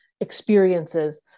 experiences